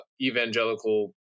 evangelical